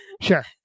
Sure